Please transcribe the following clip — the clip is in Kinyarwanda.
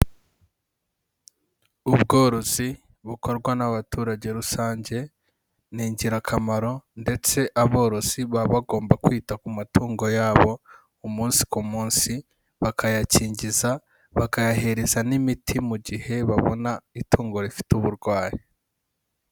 Ubworozi bukorwa n'abaturage rusange, ni ingirakamaro ndetse aborozi baba bagomba kwita ku matungo yabo umunsi ku munsi, bakayakingiza bakayahereza n'imiti mu gihe babona itungo rifite uburwayi.